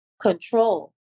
control